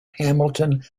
hamilton